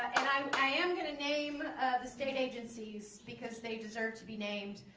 and i am going to name the state agencies because they deserve to be named.